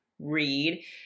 read